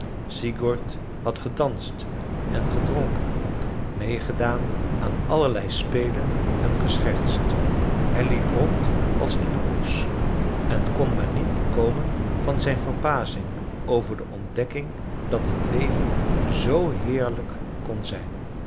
sigurd had gedanst en gedronken meêgedaan aan allerlei spelen en geschertst hij liep rond als in een roes en kon maar niet bekomen van zijn verbazing over de ontdekking dat het leven z heerlijk kon zijn